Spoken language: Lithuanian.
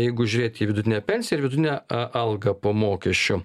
jeigu žiūrėti į vidutinę pensiją ir vidutinę a algą po mokesčių